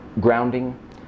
grounding